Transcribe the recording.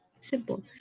simple